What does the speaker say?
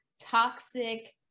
toxic